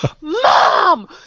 Mom